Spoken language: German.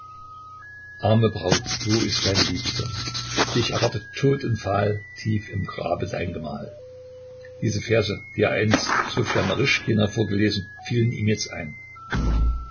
arme braut wo ist dein liebster dich erwartet tot und fahl tief im grabe dein gemahl diese verse die er einst ssofja naryschkina vorgelesen fielen ihm jetzt ein